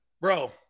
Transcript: Bro